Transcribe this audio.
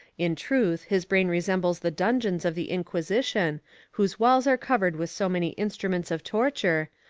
in truth, his brain resembles the dungeons of the inquisition whose walls are covered with so many instruments of torture,